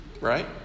right